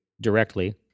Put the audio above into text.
Directly